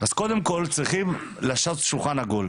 אז קודם כל צריכים לעשות שולחן עגול,